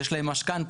יש להם משכנתה,